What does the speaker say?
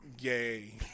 Yay